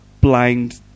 blind